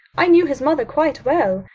i knew his mother quite well.